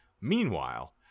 Meanwhile